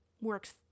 works